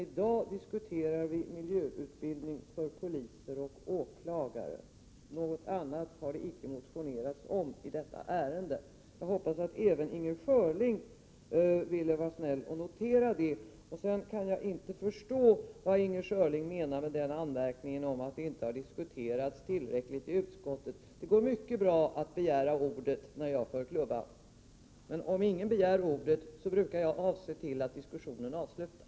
I dag diskuterar vi miljöutbildning för poliser och åklagare. Något annat har inte motionerats om i detta ärende. Jag hoppas att även Inger Schörling vill vara snäll och notera detta. Jag kan inte förstå vad Inger Schörling menar med sin anmärkning om att ärendet inte har diskuterats tillräckligt i utskottet. Det går mycket bra att begära ordet när jag för klubban. Men om ingen begär Prot. 1988/89:103